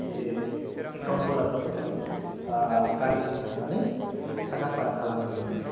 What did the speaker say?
जे account holder फोरखौहाय गामिसिम थांनानै साखा फारा खालामहैयोमोन